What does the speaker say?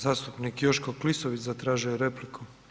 Zastupnik Joško Klisović zatražio je repliku.